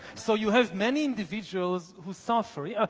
so you have many individuals who suffer. yeah